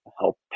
help